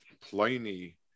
Pliny